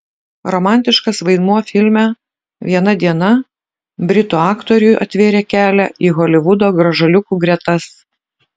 romantiškas vaidmuo filme viena diena britų aktoriui atvėrė kelią į holivudo gražuoliukų gretas